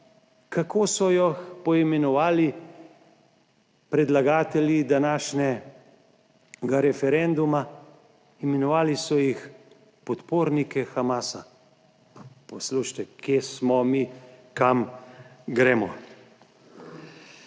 Kako so jo poimenovali predlagatelji današnjega referenduma? Imenovali so jih, podpornike Hamasa. Poslušajte, kje smo mi, kam gremo?